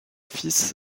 fils